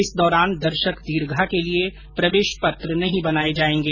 इस दौरान दर्शक दीर्घा के लिए प्रवेश पत्र नहीं बनाए जाएंगे